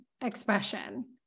expression